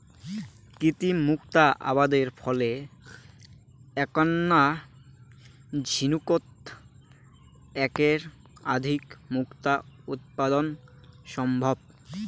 কৃত্রিম মুক্তা আবাদের ফলে এ্যাকনা ঝিনুকোত এ্যাকের অধিক মুক্তা উৎপাদন সম্ভব